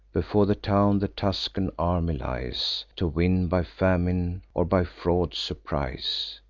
before the town the tuscan army lies, to win by famine, or by fraud surprise.